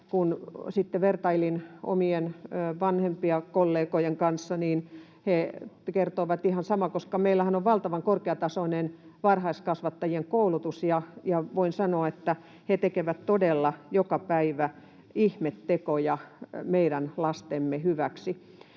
vertailin omien vanhempikollegojen kanssa, niin he kertoivat ihan samaa, koska meillähän on valtavan korkeatasoinen varhaiskasvattajien koulutus, ja voin sanoa, että he tekevät todella joka päivä ihmetekoja meidän lastemme hyväksi.